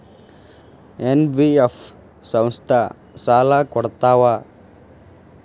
NBF ಸಂಸ್ಥಾ ಸಾಲಾ ಕೊಡ್ತಾವಾ?